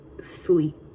sleep